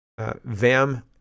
VAM